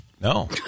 No